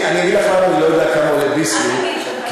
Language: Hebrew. אני אגיד לך למה אני לא יודע כמה עולה "ביסלי" כי